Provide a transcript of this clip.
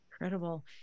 Incredible